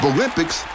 Olympics